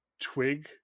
twig